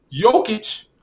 Jokic